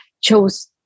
chose